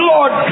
Lord